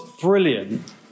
brilliant